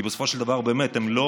כי בסופו של דבר הם לא